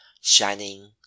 shining